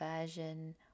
version